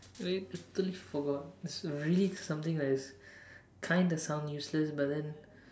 wait I totally forgot but really something that it's kind of sound useless but then